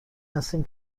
هستیم